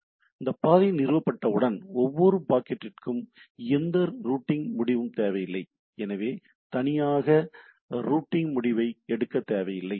எனவே பாதை நிறுவப்பட்டவுடன் ஒவ்வொரு பாக்கெட்டிற்கும் எந்த ரூட்டிங் முடிவும் தேவையில்லை எனவே தனித்தனியாக ரூட்டிங் முடிவை எடுக்க வேண்டியதில்லை